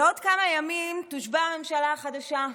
בעוד כמה ימים תושבע הממשלה החדשה,